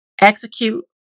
execute